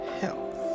health